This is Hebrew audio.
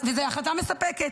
זו החלטה מספקת.